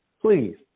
please